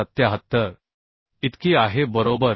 इतकी आहे बरोबर